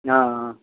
ஆ ஆ